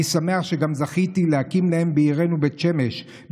אני שמח שגם זכיתי להקים להם בעירנו בית שמש,